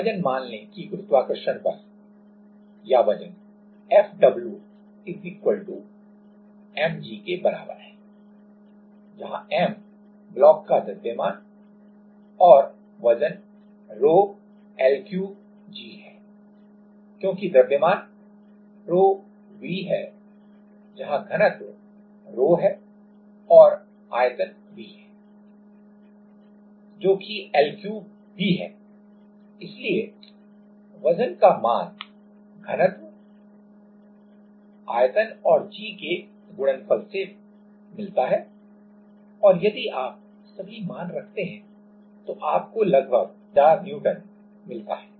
वजन मान लें कि गुरुत्वाकर्षण बल या वजन Fwmg के बराबर है जहां m ब्लॉक का द्रव्यमान और वजन ρL3g है क्योंकि द्रव्यमान ρV है जहां ρ घनत्व और V आयतन जो कि L3 है इसलिए वजन का मान घनत्व आयतन और g के गुणनफल से मिलता है और यदि आप सभी मान रखते हैं तो आपको लगभग 80000 N मिलता है